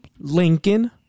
Lincoln